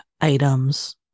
items